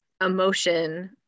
emotion